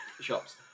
shops